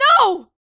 No